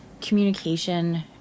communication